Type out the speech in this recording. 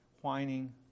whining